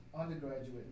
undergraduate